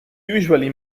usually